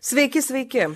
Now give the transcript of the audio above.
sveiki sveiki